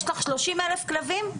יש לך 30 אלף כלבים,